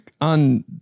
on